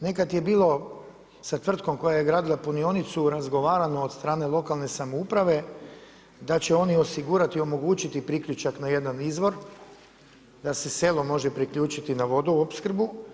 Nekad je bilo sa tvrtkom koja je radila punionicu razgovarano od strane lokalne samouprave da će oni osigurati i omogućiti priključak na jedan izvor, da se selo može priključiti na vodoopskrbu.